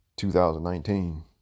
2019